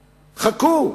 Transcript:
חכו.